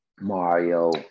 Mario